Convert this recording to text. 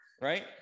right